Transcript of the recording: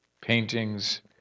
paintings